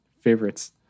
favorites